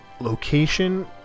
location